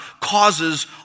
causes